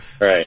Right